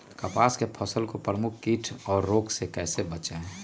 कपास की फसल को प्रमुख कीट और रोग से कैसे बचाएं?